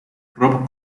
rob